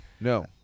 No